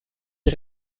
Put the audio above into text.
die